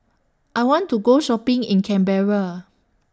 I want to Go Shopping in Canberra